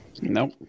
Nope